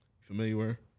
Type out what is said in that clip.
Familiar